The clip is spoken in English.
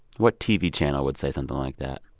what tv channel would say something like that?